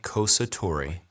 Kosatori